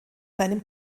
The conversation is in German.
seinem